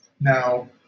Now